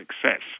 success